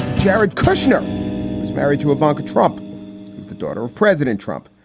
jared kushner is married to a banker trump is the daughter of president trump.